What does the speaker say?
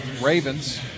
Ravens